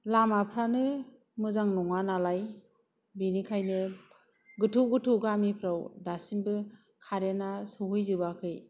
लामाफ्रानो मोजां नङानालाय बेनिखायनो गोथौ गोथौ गामिफ्राव दासिमबो कारेना सहैजोबाखै